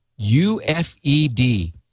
UFED